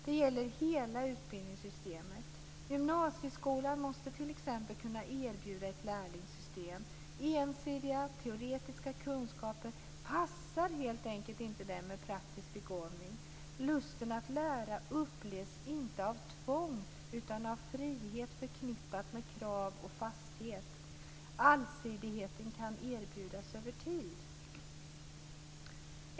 Det gäller hela utbildningssystemet. Gymnasieskolan måste t.ex. kunna erbjuda ett lärlingssystem. Ensidiga teoretiska kunskaper passar helt enkelt inte dem med praktisk begåvning. Lusten att lära upplevs inte av tvång utan av frihet förknippad med krav och fasthet. Allsidigheten kan erbjudas över tid.